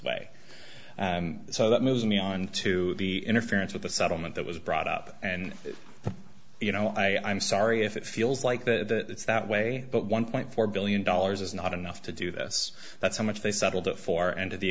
way so that moves me on to the interference with the settlement that was brought up and you know i am sorry if it feels like that it's that way but one point four billion dollars is not enough to do this that's how much they settled it for and to the